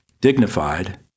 dignified